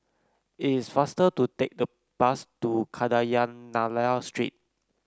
it is faster to take the bus to Kadayanallur Street